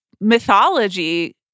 mythology